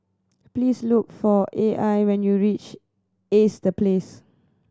please look for A I when you reach Ace The Place